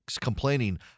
Complaining